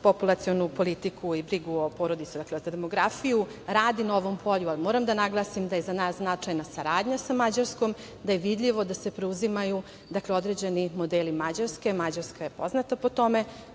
populacionu politiku i brigu o porodici i demografiju radi na ovom polju. Moram da naglasim da je za nas značajna saradnja sa Mađarskom, da je vidljivo da se preuzimaju određeni modeli Mađarske. Mađarska je poznata po